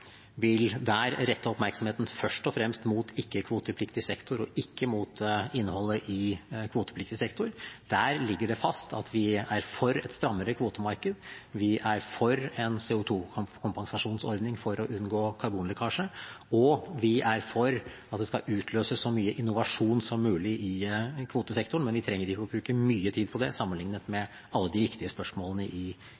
vil der rette oppmerksomheten først og fremst mot ikke-kvotepliktig sektor og ikke mot innholdet i kvotepliktig sektor. Der ligger det fast at vi er for et strammere kvotemarked, vi er for en CO 2 -kompensasjonsordning for å unngå karbonlekkasje, og vi er for at det skal utløses så mye innovasjon som mulig i kvotesektoren, men vi trenger ikke å bruke mye tid på det sammenliknet med